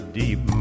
deep